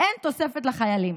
אין תוספת לחיילים.